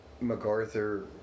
MacArthur